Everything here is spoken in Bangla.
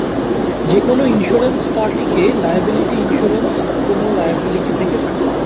যেকোনো ইন্সুরেন্স পার্টিকে লায়াবিলিটি ইন্সুরেন্স কোন লায়াবিলিটি থেকে বাঁচায়